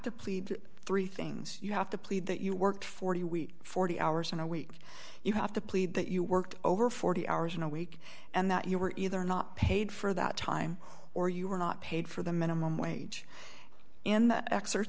to plead to three things you have to plead that you worked forty a week forty hours in a week you have to plead that you worked over forty hours in a week and that you were either not paid for that time or you were not paid for the minimum wage in the excerpts